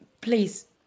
please